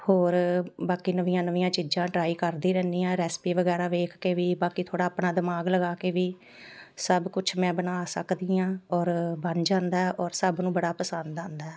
ਹੋਰ ਬਾਕੀ ਨਵੀਆਂ ਨਵੀਆਂ ਚੀਜ਼ਾਂ ਟਰਾਈ ਕਰਦੀ ਰਹਿੰਦੀ ਹਾਂ ਰੈਸਪੀ ਵਗੈਰਾ ਵੇਖ ਕੇ ਵੀ ਬਾਕੀ ਥੋੜ੍ਹਾ ਆਪਣਾ ਦਿਮਾਗ ਲਗਾ ਕੇ ਵੀ ਸਭ ਕੁਛ ਮੈਂ ਬਣਾ ਸਕਦੀ ਹਾਂ ਔਰ ਬਣ ਜਾਂਦਾ ਔਰ ਸਭ ਨੂੰ ਬੜਾ ਪਸੰਦ ਆਉਂਦਾ